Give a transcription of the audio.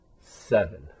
seven